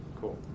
Cool